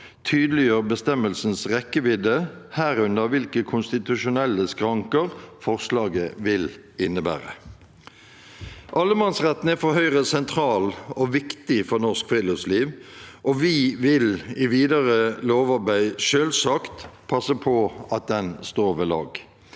tydeliggjør bestemmelsens rekkevidde, herunder hvilke konstitusjonelle skranker forslaget vil innebære. Allemannsretten er for Høyre sentral og viktig for norsk friluftsliv, og vi vil i videre lovarbeid selvsagt passe på at den står ved lag.